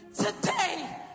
today